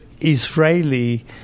Israeli